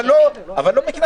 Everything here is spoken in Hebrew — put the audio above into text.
אבל לא פותרים את זה בקנסות.